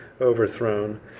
overthrown